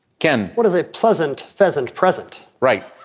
ken, what is it? pleasant pheasant present, right?